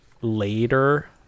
later